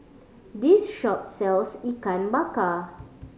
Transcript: this shop sells Ikan Bakar